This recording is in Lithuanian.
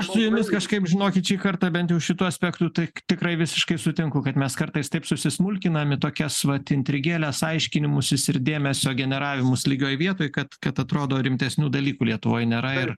aš su jumis kažkaip žinokit šį kartą bent jau šituo aspektu tai tikrai visiškai sutinku kad mes kartais taip susismulkinam į tokias vat intrigėles aiškinimusis ir dėmesio generavimus lygioj vietoj kad kad atrodo rimtesnių dalykų lietuvoj nėra ir